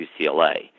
UCLA